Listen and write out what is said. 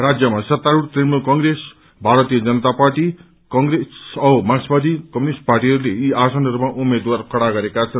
राज्यमा सत्तारूढ़ Trinamool Congress Bharatiya Janata Party Congress औ मार्क्सवादी कम्युनिष्ट पार्टीहरूले यी आसनहरूमा उम्मेद्वार खड़ा गरेका छन्